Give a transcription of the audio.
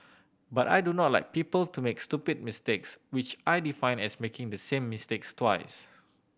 but I do not like people to make stupid mistakes which I define as making the same mistakes twice